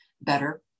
better